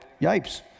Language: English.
Yipes